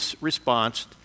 response